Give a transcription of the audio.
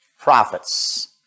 prophets